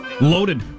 Loaded